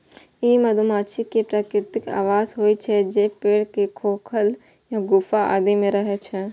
ई मधुमाछी के प्राकृतिक आवास होइ छै, जे पेड़ के खोखल या गुफा आदि मे रहै छै